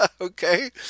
Okay